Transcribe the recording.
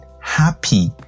happy